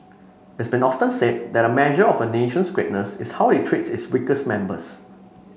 it's been often said that a measure of a nation's greatness is how it treats its weakest members